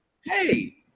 Hey